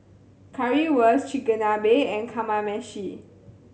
Currywurst Chigenabe and Kamameshi